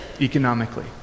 economically